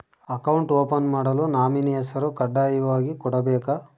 Account open ಮಾಡಲು nominee ಹೆಸರು ಕಡ್ಡಾಯವಾಗಿ ಕೊಡಬೇಕಾ?